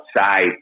outside